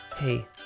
Hey